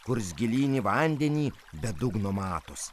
kurs gilyn į vandenį be dugno matosi